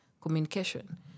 communication